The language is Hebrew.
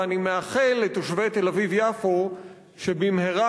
ואני מאחל לתושבי תל-אביב יפו שבמהרה